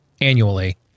annually